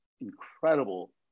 incredible